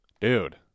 dude